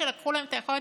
חירותו,